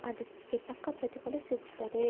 ಅದಕ್ಕೆ ತಕ್ಕ ಪ್ರತಿಫಲ ಸಿಗುತ್ತದೆ